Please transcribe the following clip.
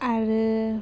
आरो